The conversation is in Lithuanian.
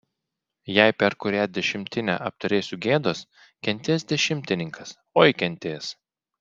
jei per kurią dešimtinę apturėsiu gėdos kentės dešimtininkas oi kentės